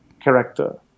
character